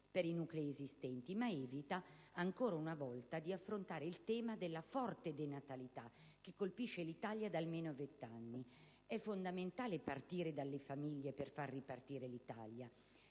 per i nuclei esistenti, ma evita ancora una volta di affrontare il tema della forte denatalità che colpisce l'Italia da almeno 20 anni. È fondamentale partire dalle famiglie per far ripartire l'Italia.